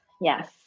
Yes